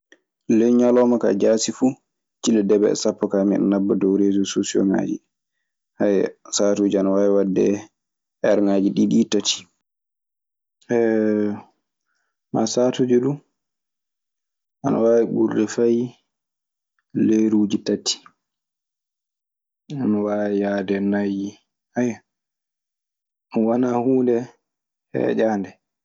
Ley ŋaloma ka, jasi fu cilli deebe e sapo. Ka miɗo naba dow reso sosiogaji. satuji ana wawi wadde here ngaji diɗɗi tati. maa sahaatuji du aɗa burɗe fay leruuji tati. Ana waawi yahde nayi. Ayyi! ɗum wona huunde heñaade.